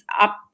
up